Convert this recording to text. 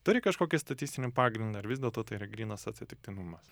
turi kažkokį statistinį pagrindą ar vis dėlto tai yra grynas atsitiktinumas